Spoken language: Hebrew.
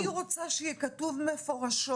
אני רוצה שיהיה כתוב מפורשות,